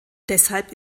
deshalb